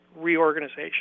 Reorganization